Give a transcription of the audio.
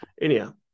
Anyhow